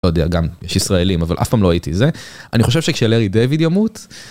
לא יודע, גם יש ישראלים, אבל אף פעם לא הייתי זה... אני חושב שכשלארי דיויד ימות